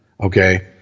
okay